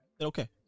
Okay